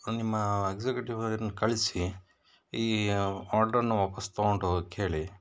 ನಿಮ್ಮ ಎಕ್ಸಿಕ್ಯೂಟಿವನ್ನು ಕಳಿಸಿ ಈ ಆರ್ಡರನ್ನ ವಾಪಸ್ ತಗೊಂಡು ಹೋಗಕ್ಕೆ ಹೇಳಿ